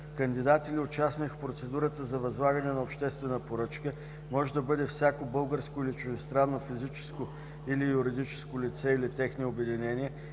Кандидат или участник в процедура за възлагане на обществена поръчка може да бъде всяко българско или чуждестранно физическо или юридическо лице или техни обединения,